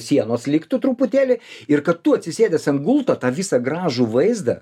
sienos liktų truputėlį ir kad tu atsisėdęs ant gulto tą visą gražų vaizdą